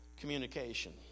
communication